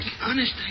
Honest